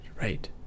right